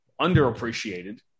underappreciated